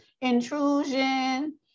intrusion